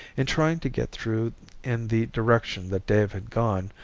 in trying to get through in the direction that dave had gone,